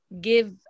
give